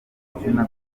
amazina